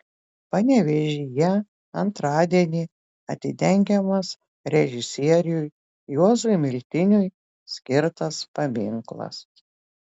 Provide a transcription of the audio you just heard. panevėžyje antradienį atidengiamas režisieriui juozui miltiniui skirtas paminklas